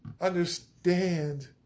understand